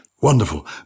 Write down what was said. Wonderful